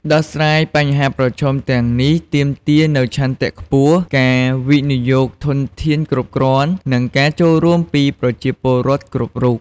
ការដោះស្រាយបញ្ហាប្រឈមទាំងនេះទាមទារនូវឆន្ទៈខ្ពស់ ការវិនិយោគធនធានគ្រប់គ្រាន់ និងការចូលរួមពីប្រជាពលរដ្ឋគ្រប់រូប។